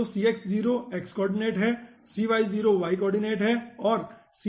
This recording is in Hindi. तो cx0 x कोर्डिनेट है cy0 y कोर्डिनेट है और cz0 z कोर्डिनेट है